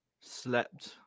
Slept